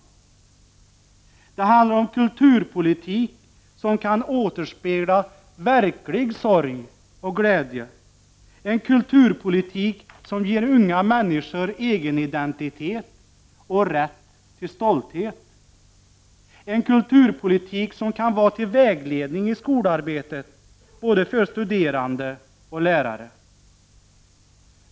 Det handlar om kulturpolitik som kan återspegla verklig sorg och glädje, en kulturpolitik som ger unga människor egenidentitet och rätt till stolthet, en kulturpolitik som kan vara till vägledning i skolarbetet för både studerande och lärare.